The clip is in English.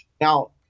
Now